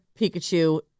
Pikachu